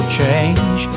change